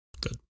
Good